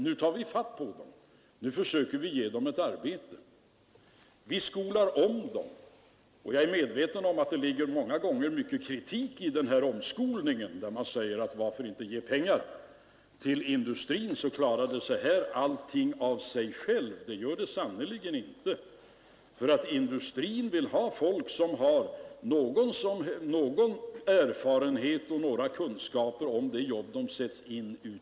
Nu tar vi fatt på dem och försöker ge dem ett arbete. Vi skolar om dem. Jag är medveten om att många är kritiska mot omskolningen och menar att det vore bättre att ge pengar till industrin så reder problemen upp sig av sig själva. Men så är det sannerligen inte. Industrin vill ha personer som har någon erfarenhet och några kunskaper rörande det jobb som de sätts in i.